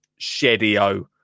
shedio